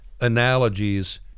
analogies